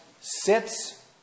sits